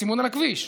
בסימון על הכביש,